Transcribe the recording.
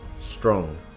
Strong